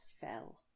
fell